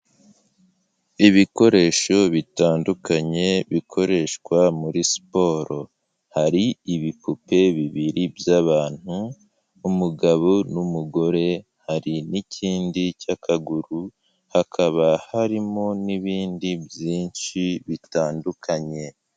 Ibikoresho bitandukanye bikoreshwa muri siporo hari ibipupe bibiri by'abantu umugabo n'umugore hari n'ikindi cy'akaguru hakaba harimo n'ibindi byinshi bitandukanye.